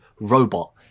robot